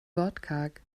wortkarg